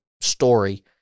story